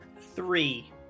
Three